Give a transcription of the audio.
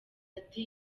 ati